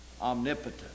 omnipotent